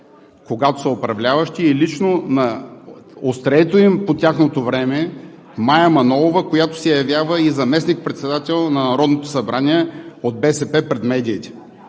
когато са управляващи, и лично на острието им по тяхното време Мая Манолова, която се явява и заместник-председател на Народното събрание от БСП, пред медиите